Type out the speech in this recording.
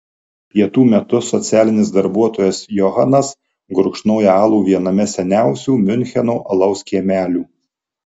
pietų metu socialinis darbuotojas johanas gurkšnoja alų viename seniausių miuncheno alaus kiemelių